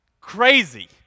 crazy